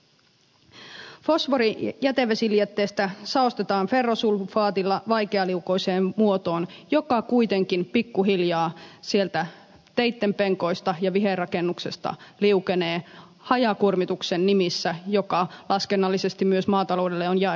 fosfori saostetaan jätevesilietteestä ferrosulfaatilla vaikealiukoiseen muotoon joka kuitenkin pikkuhiljaa sieltä teitten penkoista ja viherrakennuksista liukenee hajakuormituksen nimissä joka laskennallisesti myös maataloudelle on jaettu vesistöihin